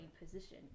position